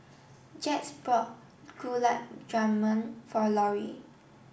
Jax bought Gulab Jamun for Lorrie